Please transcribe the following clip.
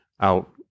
out